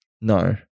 no